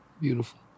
Beautiful